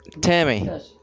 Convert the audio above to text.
Tammy